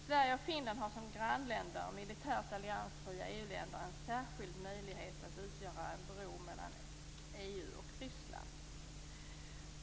Sverige och Finland har som grannländer och militärt alliansfria EU-länder en särskild möjlighet att utgöra en bro mellan EU och Ryssland.